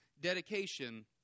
dedication